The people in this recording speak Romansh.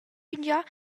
fingià